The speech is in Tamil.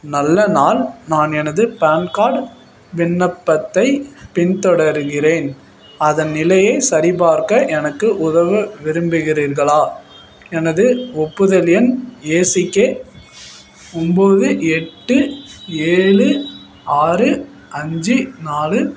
நல்ல நாள் நான் எனது பேன் கார்டு விண்ணப்பத்தை பின் தொடர்கிறேன் அதன் நிலையைச் சரிபார்க்க எனக்கு உதவ விரும்புகிறீர்களா எனது ஒப்புதல் எண் ஏசிகே ஒம்பது எட்டு ஏழு ஆறு அஞ்சு நாலு